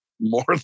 more